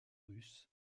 russe